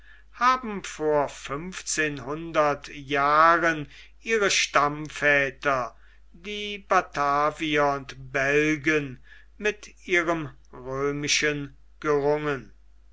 haben vor fünfzehnhundert jahren ihre stammväter die batavier und belgen mit ihrem römischen gerungen